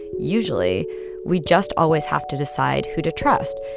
usually we just always have to decide who to trust.